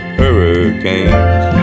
hurricanes